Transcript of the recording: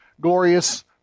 glorious